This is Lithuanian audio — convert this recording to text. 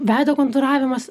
veido konkuravimas